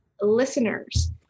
listeners